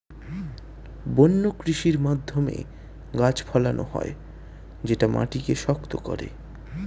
বন্য কৃষির মাধ্যমে গাছ ফলানো হয় যেটা মাটিকে শক্ত করে